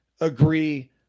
agree